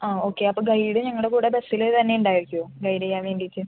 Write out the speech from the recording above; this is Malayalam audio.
ആ ഓക്കെ അപ്പോൾ ഗൈഡ് ഞങ്ങളുടെ കൂടെ ബസ്സില് തന്നെ ഉണ്ടായിരിക്കുമോ ഗൈഡ് ചെയ്യാൻ വേണ്ടിയിട്ട്